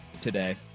today